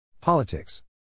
Politics